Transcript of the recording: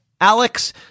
Alex